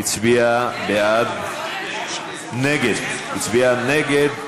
הצביע בעד נגד, הצביע נגד.